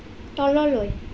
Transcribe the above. তললৈ